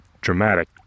dramatic